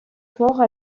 fort